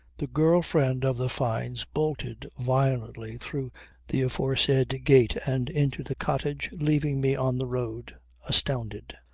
the girl-friend of the fynes bolted violently through the aforesaid gate and into the cottage leaving me on the road astounded.